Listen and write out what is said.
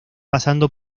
pasando